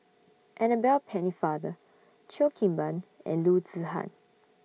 Annabel Pennefather Cheo Kim Ban and Loo Zihan